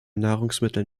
nahrungsmitteln